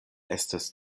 estas